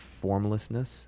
formlessness